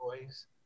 boys